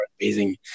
Amazing